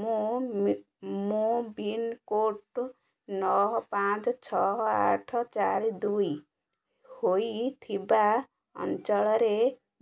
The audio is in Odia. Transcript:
ମୁଁ ପିନକୋଡ଼୍ ନଅ ପାଞ୍ଚ ଛଅ ଆଠ ଚାରି ଦୁଇ ହୋଇଥିବା ଅଞ୍ଚଳରେ